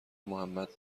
محمد